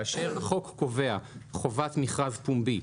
כאשר החוק קובע חובת מכרז פומבי,